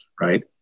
right